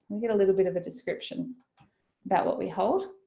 we get a little bit of a description about what we hold.